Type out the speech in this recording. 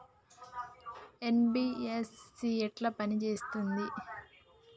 NBFC ఎట్ల పని చేత్తది?